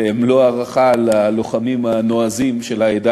ומלוא ההערכה ללוחמים הנועזים של העדה